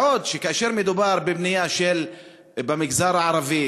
בעוד שכאשר מדובר בבנייה במגזר הערבי,